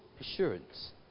assurance